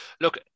Look